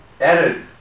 added